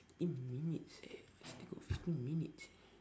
eight minutes eh still got fifteen minutes eh